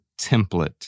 template